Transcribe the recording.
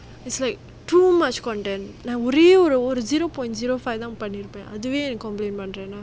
it's like too much content like நான் ஒரே ஒரு ஒரு:naan orae oru oru zero point zero five தான் பண்ணி இருப்பான் அதுவே:thaan panni irupaan athuvae complain பன்றான்:panraan